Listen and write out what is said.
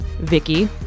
Vicky